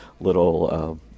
little